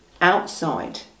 outside